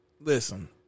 Listen